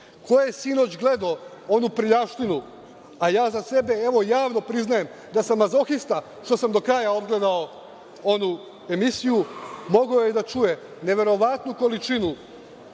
Ko je sinoć gledao onu prljavštinu, a ja za sebe, evo, javno priznajem da sam mazohista što sam do kraja odgledao onu emisiju, mogao je da čuje neverovatnu količinu